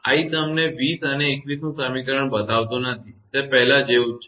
i તમને 20 અને 21 નું સમીકરણ બતાવતો નથી તે પહેલા જેવું જ છે